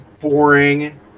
boring